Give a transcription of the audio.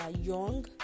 young